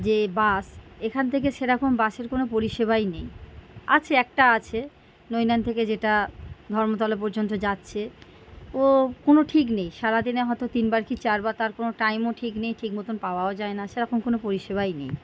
যে বাস এখান থেকে সেরকম বাসের কোনও পরিষেবাই নেই আছে একটা আছে নৈনান থেকে যেটা ধর্মতলা পর্যন্ত যাচ্ছে ও কোনও ঠিক নেই সারা দিনে হয়তো তিনবার কি চারবার তার কোনও টাইমও ঠিক নেই ঠিকমতন পাওয়াও যায় না সেরকম কোনও পরিষেবাই নেই